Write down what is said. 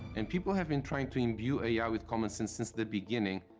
and people have been trying to imbue a i. with common sense since the beginning,